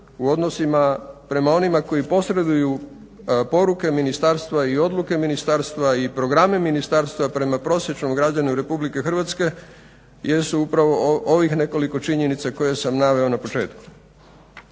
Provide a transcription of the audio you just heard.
u odnosima prema onima koji posreduju poruke ministarstva i odluke ministarstva i programe ministarstva prema prosječnom građaninu Republike Hrvatske jesu upravo ovih nekoliko činjenica koje sam naveo na početku.